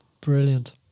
Brilliant